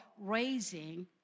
raising